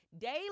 Daily